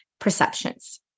perceptions